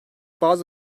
bazı